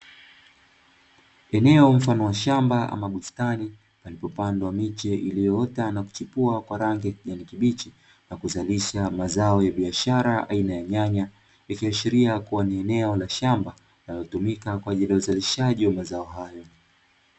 Eneo mfano wa shamba ama bustani palipopandwa miche iliyoota na kuchipua kwa rangi ya kijani kibichi, na kuzalisha mazao ya biashara aina ya nyanya ikiashiria kuwa ni eneo la shamba linalotumika kwa ajili ya uzalishaji wa mazao hayo.